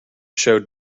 showed